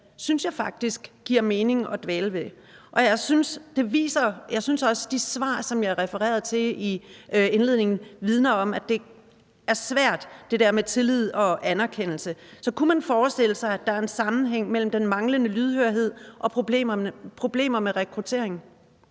synes jeg faktisk giver mening at dvæle ved. Jeg synes også, de svar, som jeg refererede til i indledningen, vidner om, at det der med tillid og anerkendelse er svært. Så kunne man forestille sig, at der er en sammenhæng mellem den manglende lydhørhed og problemer med rekruttering?